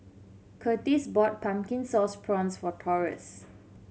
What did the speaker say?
Kurtis bought Pumpkin Sauce Prawns for Taurus